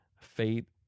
fate